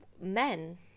men